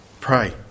Pray